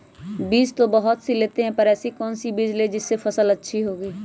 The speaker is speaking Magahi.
बीज तो बहुत सी लेते हैं पर ऐसी कौन सी बिज जिससे फसल अच्छी होगी?